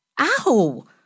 Ow